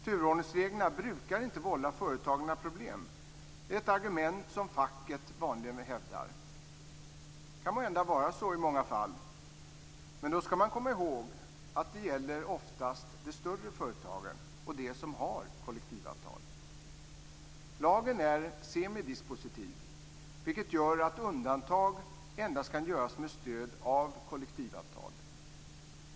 Turordningsreglerna brukar inte vålla företagen några problem är ett argument som facket vanligen hävdar. Det kan måhända vara så i många fall. Men då skall man komma ihåg att det oftast gäller de större företagen och de som har kollektivavtal. Lagen är semidispositiv, vilket gör att undantag endast kan göras med stöd av kollektivavtal.